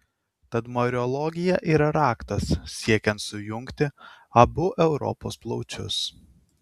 tad mariologija yra raktas siekiant sujungti abu europos plaučius